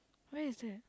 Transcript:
where is that